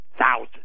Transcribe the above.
thousand